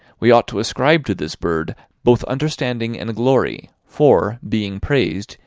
we ought to ascribe, to this bird both understanding and glory for, being praised,